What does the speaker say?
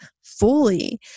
fully